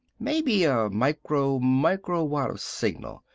maybe a micro-microwatt of signal.